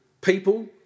people